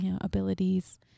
abilities